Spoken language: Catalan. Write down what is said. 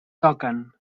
toquen